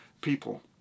people